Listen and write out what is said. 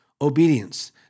obedience